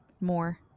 more